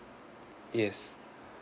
yes